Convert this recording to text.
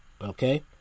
Okay